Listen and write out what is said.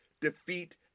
defeat